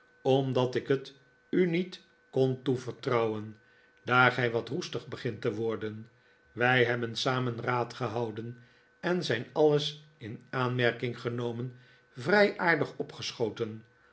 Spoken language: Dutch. omdat ik het u niet kon toevertrouwen daar gij wat roestig begint te worden wij hebbeh samen raad gehouden en zijn alles in aanmerking genomen vrij aardig opgeschoten